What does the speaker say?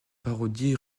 parodie